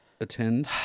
attend